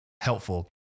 helpful